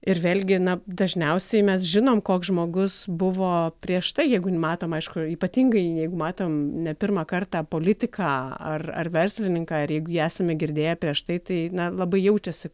ir vėlgi na dažniausiai mes žinom koks žmogus buvo prieš tai jeigu matom aišku ypatingai jeigu matom ne pirmą kartą politiką ar ar verslininką ir jeigu jį esame girdėję prieš tai tai labai jaučiasi